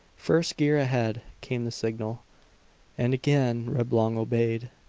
first gear ahead, came the signal and again reblong obeyed.